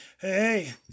hey